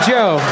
Joe